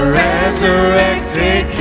resurrected